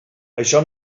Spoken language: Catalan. això